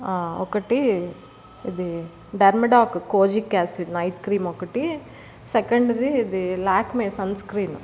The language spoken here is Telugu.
ఆ ఒకటి ఇది Dermadoc kojic acid night cream ఒకటి సెకండ్ ది ఇది లాక్మే సన్ స్క్రీన్